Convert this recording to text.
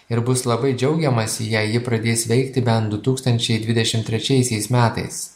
ir bus labai džiaugiamasi jei ji pradės veikti bent du tūkstančiai dvidešim trečiasiais metais